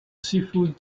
seafood